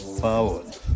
Forward